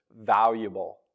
valuable